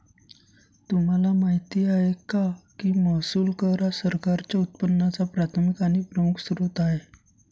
तुम्हाला माहिती आहे का की महसूल कर हा सरकारच्या उत्पन्नाचा प्राथमिक आणि प्रमुख स्त्रोत आहे